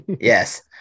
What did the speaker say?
yes